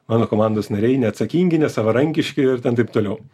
mano komandos nariai neatsakingi nesavarankiški ir ten taip toliau